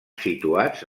situats